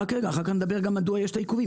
אחר כך נגיד מדוע יש עיכובים.